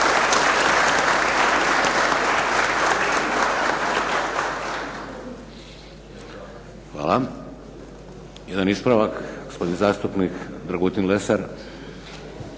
Hvala. Jedan ispravak gospodin zastupnik Dragutin Lesar.